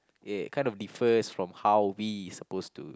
it kind of differs from how we supposed to